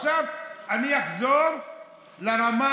עכשיו אני אחזור לרמה